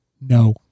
No